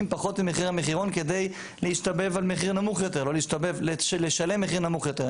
פחות ממחיר המחירון כדי לשלם מחיר נמוך יותר,